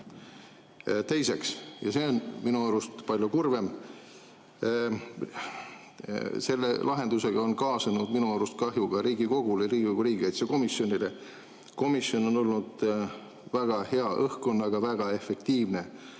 Teiseks, ja see on minu arust palju kurvem, selle lahendusega on kaasnenud kahju ka Riigikogule, Riigikogu riigikaitsekomisjonile. Komisjon on olnud väga hea õhkkonnaga väga efektiivne